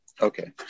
Okay